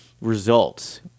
results